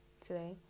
today